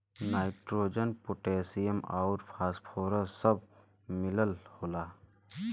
nitrogen potassium आउर phosphorus सब मिलल होला